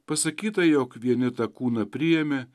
pasakyta jog vieni tą kūną priėmė